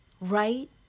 right